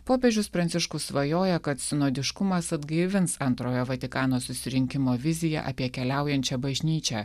popiežius pranciškus svajoja kad sinodiškumas atgaivins antrojo vatikano susirinkimo viziją apie keliaujančią bažnyčią